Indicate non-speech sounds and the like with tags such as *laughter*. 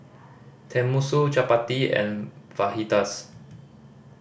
Tenmusu Chapati and *unintelligible*